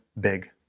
big